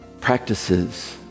Practices